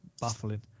baffling